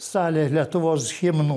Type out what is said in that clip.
salėje lietuvos himno